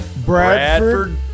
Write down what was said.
Bradford